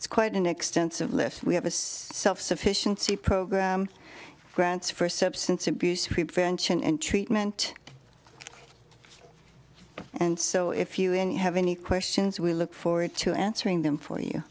it's quite an extensive list we have a self sufficiency program grants for substance abuse prevention and treatment and so if you and you have any questions we look forward to answering them for